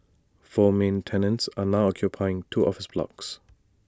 four main tenants are now occupying two office blocks